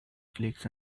flakes